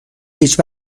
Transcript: هیچ